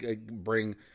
bring